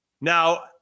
Now